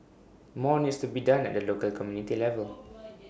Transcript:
more needs to be done at the local community level